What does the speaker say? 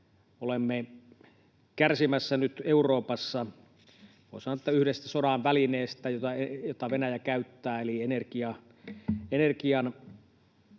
olemme kärsimässä nyt Euroopassa, voi sanoa, yhdestä sodan välineestä, jota Venäjä käyttää, eli energiakriisistä.